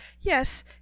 yes